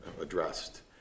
addressed